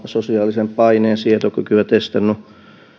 sosiaalisen paineen sietokykyä testannut